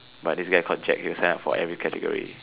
but this guy called Jack he'll sign up for every category